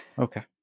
Okay